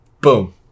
boom